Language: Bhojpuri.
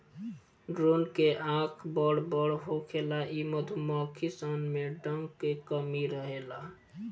ड्रोन के आँख बड़ बड़ होखेला इ मधुमक्खी सन में डंक के कमी रहेला